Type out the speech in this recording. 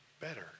better